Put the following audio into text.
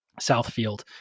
Southfield